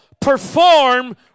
perform